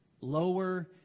Lower